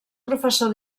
professor